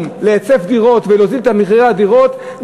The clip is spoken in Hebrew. להיצף דירות ולהוזיל את מחירי הדירות,